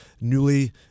newly